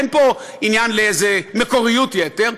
אין פה עניין לאיזה מקוריות יתר.